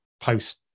post